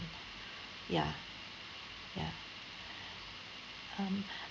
ya ya um